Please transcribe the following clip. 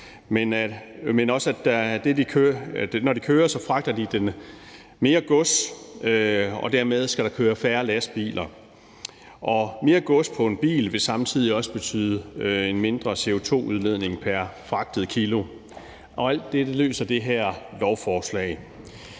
og de, når de kører, fragter mere gods. Derved skal der køre færre lastbiler. Mere gods på en bil vil samtidig også betyde en mindre CO2-udledning pr. fragtet kilo. Alt det løser det her lovforslag.